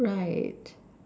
like